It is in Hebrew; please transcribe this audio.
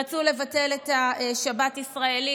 רצו לבטל את "שבת ישראלית".